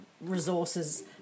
resources